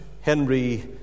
Henry